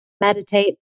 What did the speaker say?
Meditate